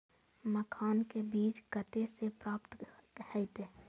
मखान के बीज कते से प्राप्त हैते?